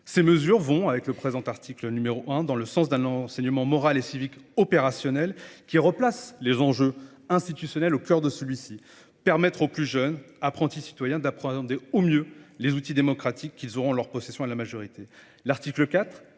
Ces mesures vont avec le présent article n°1 dans le sens d'un enseignement moral et civique opérationnel qui replace les enjeux institutionnels au cœur de celui-ci. permettre aux plus jeunes apprentis citoyens d'apprendre au mieux les outils démocratiques qu'ils auront en leur possession à la majorité. L'article 4,